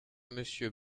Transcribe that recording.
monsieur